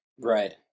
Right